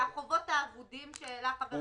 זה החובות האבודים שהעלה חבר הכנסת --- הוא